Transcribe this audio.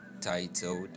titled